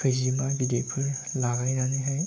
खोजिमा बिदैफोर लागायनानैहाय